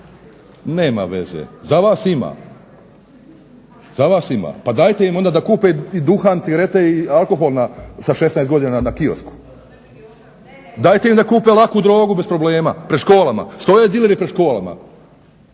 Nema veze, za vas ima, za vas ima. Pa dajte im onda da kupe i duhan, cigarete i alkohol sa 16 godina na kiosku. Dajte im da kupe laku drogu bez problema pred školama, stoje dileri pred školama,